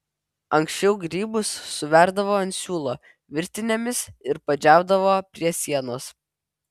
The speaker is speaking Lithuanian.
anksčiau grybus suverdavo ant siūlo virtinėmis ir padžiaudavo prie sienos